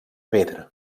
pedra